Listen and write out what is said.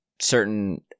certain